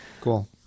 Cool